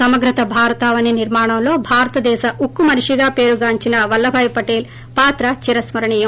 సమగ్రత భారతావని నిర్మాణంలో భారతదేశ ఉక్కు మనిషిగా పేరుగాంచిన వల్లభయ్ పటేల్ పాత్ర చిరస్మ రణీయం